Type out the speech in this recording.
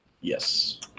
Yes